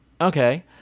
okay